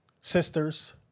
sisters